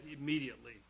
immediately